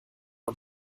und